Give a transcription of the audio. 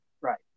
Right